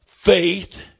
Faith